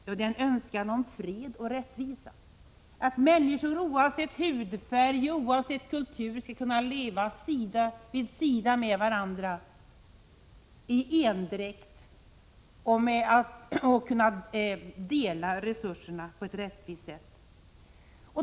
Jo, det är en önskan om fred och rättvisa, att människor oavsett hudfärg och kultur skall kunna leva sida vid sida i endräkt med varandra och kunna dela resurserna på ett rättvist sätt.